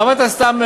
למה אתה סתם,